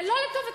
זה לא לטובתכם,